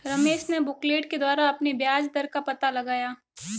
रमेश ने बुकलेट के द्वारा अपने ब्याज दर का पता लगाया